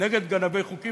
נגד גנבי חוקים,